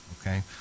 okay